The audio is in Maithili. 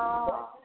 हँ